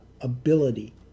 ability